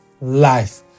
life